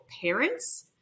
parents